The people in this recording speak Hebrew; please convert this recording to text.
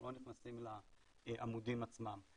אנחנו לא נכנסים לעמודים עצמם.